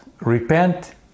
Repent